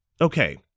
Okay